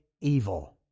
evil